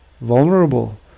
vulnerable